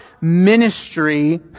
ministry